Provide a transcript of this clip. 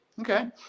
Okay